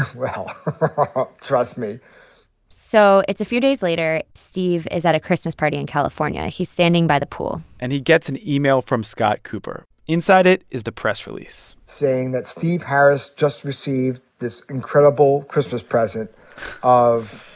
well trust me so it's a few days later. steve is at a christmas party in california. he's standing by the pool and he gets an email from scott cooper. inside it is the press release saying that steve harris just received this incredible christmas present of